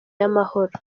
y’amahoro